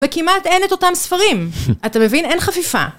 וכמעט אין את אותם ספרים. אתה מבין? אין חפיפה.